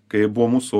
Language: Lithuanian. kai buvo mūsų